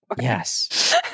yes